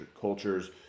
cultures